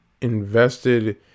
invested